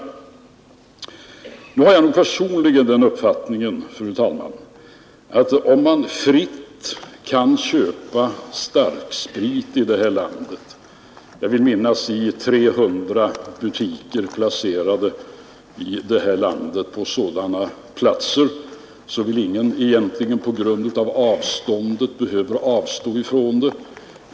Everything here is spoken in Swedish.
Man kan här i landet fritt köpa starksprit i, vill jag minnas, 300 butiker, placerade på sådana platser att ingen egentligen på grund av avståndet behöver avstå från det.